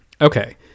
Okay